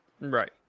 Right